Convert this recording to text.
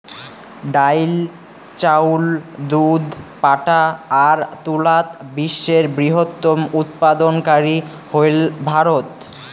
ডাইল, চাউল, দুধ, পাটা আর তুলাত বিশ্বের বৃহত্তম উৎপাদনকারী হইল ভারত